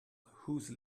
whose